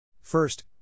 First